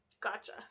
Gotcha